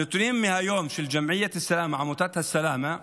הנתונים מהיום של עמותת א-סלמה: